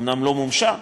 אומנם היא לא מומשה,